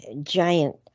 giant